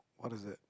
what is that